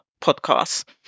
podcast